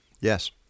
Yes